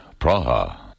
Praha